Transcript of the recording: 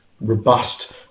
robust